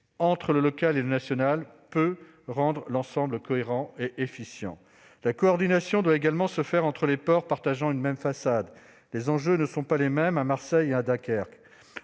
entre le local et le national peut rendre l'ensemble cohérent et efficient. La coordination doit également se faire entre les ports partageant une même façade. Les enjeux ne sont pas les mêmes à Marseille et à Dunkerque.